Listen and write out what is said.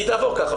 כי היא תעבור ככה,